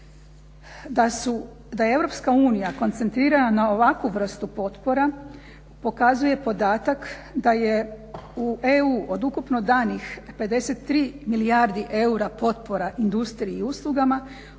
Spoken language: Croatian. Da je EU koncentrirana na ovakvu vrstu potpora pokazuje podatak da je u EU od ukupno danih 53 milijardi eura potpora industriji i uslugama u